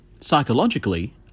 Psychologically